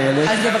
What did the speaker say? אחרון, איילת.